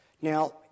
Now